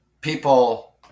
People